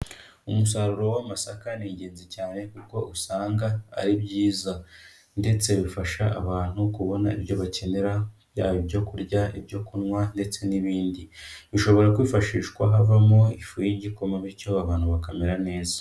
Umusaruro w'amasaka ni ingenzi cyane kuko usanga ari byiza ndetse bifasha abantu kubona ibyo bakenera byaba ibyo kurya, ibyo kunywa ndetse n'ibindi, bishobora kwifashishwa havamo ifu y'igikoma bityo abantu bakamera neza.